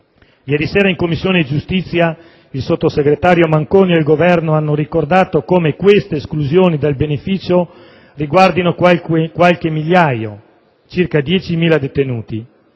ieri sera, in Commissione giustizia, il sottosegretario Manconi e il Governo hanno ricordato come queste esclusioni dal beneficio riguardino qualche migliaio di detenuti,